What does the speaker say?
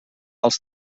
els